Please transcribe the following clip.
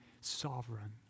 sovereign